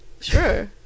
sure